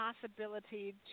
possibility